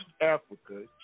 Africa